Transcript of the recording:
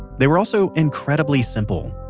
they were also incredibly simple,